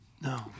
No